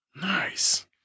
Nice